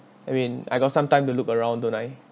I mean I got some time to look around don't I